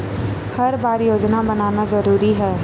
हर बार योजना बनाना जरूरी है?